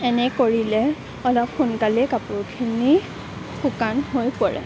এনে কৰিলে অলপ সোনকালে কাপোৰখিনি শুকান হৈ পৰে